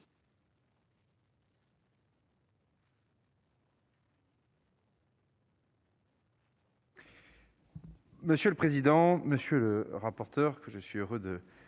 Monsieur le président, monsieur le rapporteur- je suis heureux de